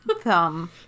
Thumb